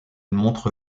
montre